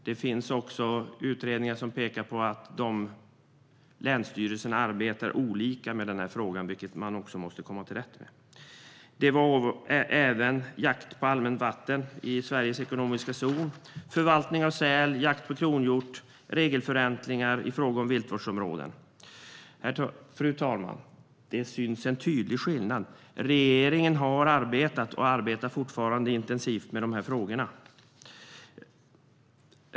Det finns också utredningar som pekar på att länsstyrelserna arbetar olika med den här frågan, och det måste man också komma till rätta med. Det gäller även jakt på allmänt vatten i Sveriges ekonomiska zon, förvaltning av säl, jakt på kronhjort och regelförändringar i fråga om viltvårdsområden. Fru talman! Det finns en tydlig skillnad. Regeringen har arbetat, och arbetar fortfarande, intensivt med dessa frågor.